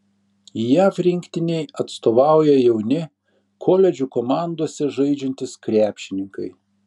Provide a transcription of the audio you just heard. jav rinktinei atstovauja jauni koledžų komandose žaidžiantys krepšininkai